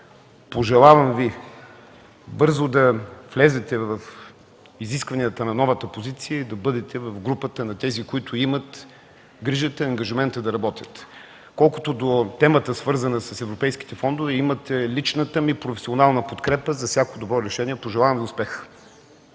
пожелавам Ви бързо да влезете в изискванията на новата позиция и да бъдете в…. на тези, които имат грижата и ангажимента да работят. Колкото до темата, свързана с европейските фондове, имате личната ми професионална подкрепа за всяко добро решение. Пожелавам Ви успех.